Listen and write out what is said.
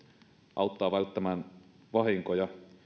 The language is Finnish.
auttaa välttämään vahinkoja